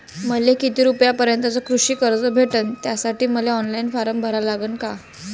मले किती रूपयापर्यंतचं कृषी कर्ज भेटन, त्यासाठी मले ऑनलाईन फारम भरा लागन का?